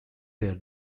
their